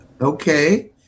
Okay